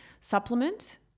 supplement